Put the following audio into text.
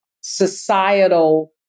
societal